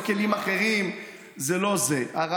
אז לא היה, אפשר למצוא פתרונות ביניים.